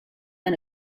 and